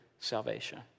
Salvation